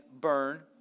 burn